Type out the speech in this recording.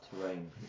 terrain